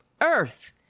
earth